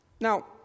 Now